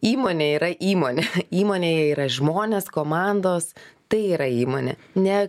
įmonė yra įmonė įmonėj yra žmonės komandos tai yra įmonė ne